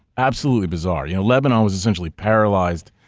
absolutely bizarre. you know, lebanon was essentially paralyzed.